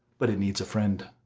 but it needs a friend.